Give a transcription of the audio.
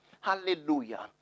Hallelujah